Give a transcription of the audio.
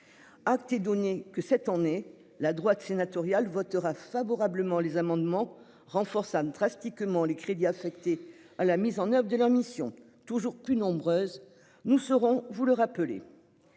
Acte donné que cette année la droite sénatoriale votera favorablement les amendements renforcent ne drastiquement les crédits affectés à la mise en oeuvre de leurs mission toujours plus nombreuses. Nous serons vous le rappeler.